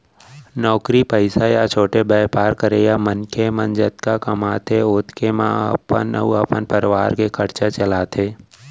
नौकरी पइसा या छोटे बयपार करइया मनखे मन जतका कमाथें ओतके म अपन अउ अपन परवार के खरचा चलाथें